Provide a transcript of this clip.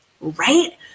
right